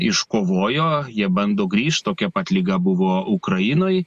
iškovojo jie bando grįšt tokia pat liga buvo ukrainoj